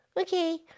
Okay